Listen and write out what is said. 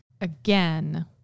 again